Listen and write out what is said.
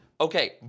Okay